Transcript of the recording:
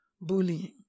bullying